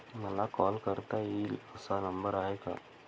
मला कॉल करता येईल असा नंबर आहे का?